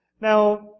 Now